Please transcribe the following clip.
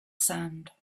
sand